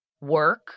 work